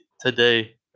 today